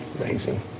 Amazing